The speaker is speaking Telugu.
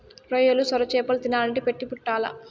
రొయ్యలు, సొరచేపలు తినాలంటే పెట్టి పుట్టాల్ల